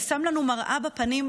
זה שם לנו מראה בפנים,